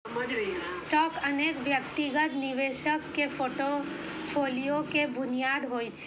stock अनेक व्यक्तिगत निवेशक के फोर्टफोलियो के बुनियाद होइ छै